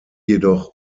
jedoch